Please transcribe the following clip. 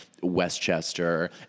Westchester